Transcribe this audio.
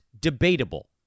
debatable